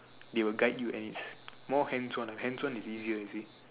they will guide you and it's more hands on and hands on is easier you see